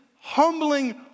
humbling